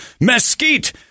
mesquite